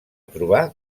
trobar